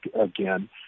again